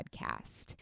podcast